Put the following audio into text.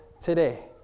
today